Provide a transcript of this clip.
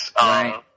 Right